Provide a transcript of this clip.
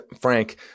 frank